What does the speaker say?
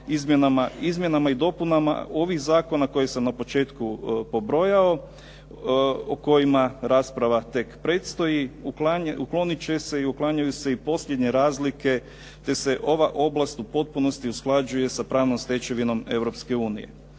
izmjenama i dopunama ovih zakona koje sam na početku pobrojao o kojima rasprava tek predstoji. Uklonit će se i uklanjaju se i posljednje razlike, te se ova oblast u potpunosti usklađuje sa pravnom stečevinom